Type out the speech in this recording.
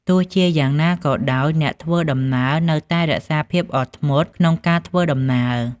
ទោះជាយ៉ាងណាក៏ដោយ អ្នកធ្វើដំណើរនៅតែរក្សាភាពអត់ធ្មត់ក្នុងការធ្វើដំណើរ។